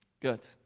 Good